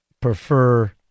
prefer